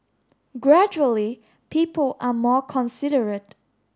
gradually people are more considerate